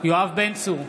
יואב בן צור,